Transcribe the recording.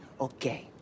Okay